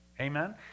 amen